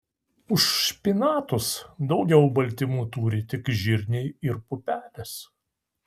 už špinatus daugiau baltymų turi tik žirniai ir pupelės